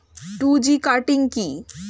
Two G cutting কি?